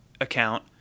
account